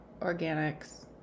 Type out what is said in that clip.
organics